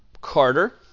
Carter